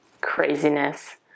craziness